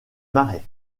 marais